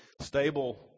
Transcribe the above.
stable